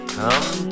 come